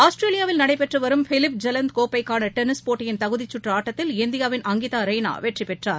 ஆஸ்திரேலியாவில் நடைபெற்றுவரும் Phillip Island கோப்பைக்கானடென்னிஸ் போட்டியின் தகுதிச் சுற்றுஆட்டத்தில் இந்தியாவின் அங்கிதாரெய்னாவெற்றிபெற்றார்